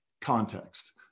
context